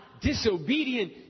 disobedient